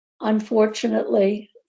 Unfortunately